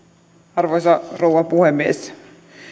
arvoisa rouva puhemies